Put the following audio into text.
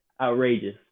outrageous